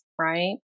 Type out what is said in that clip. Right